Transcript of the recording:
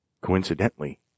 Coincidentally